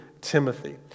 Timothy